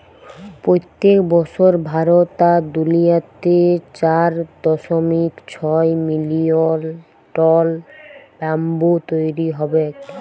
পইত্তেক বসর ভারত আর দুলিয়াতে চার দশমিক ছয় মিলিয়ল টল ব্যাম্বু তৈরি হবেক